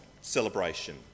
celebration